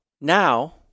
now